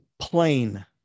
plain